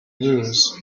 lose